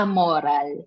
Amoral